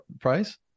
price